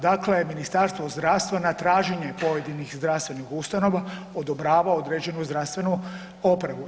Dakle, Ministarstvo zdravstva na traženje pojedinih zdravstvenih ustanova odobrava određenu zdravstvenu opremu.